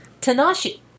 Tanashi